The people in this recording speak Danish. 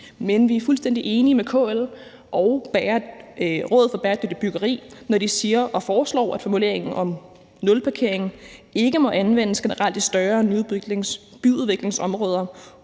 men vi er fuldstændig enige med KL og Rådet for Bæredygtigt Byggeri, når de siger og foreslår, at formuleringen om, at nulparkering ikke må anvendes generelt i større byudviklingsområder,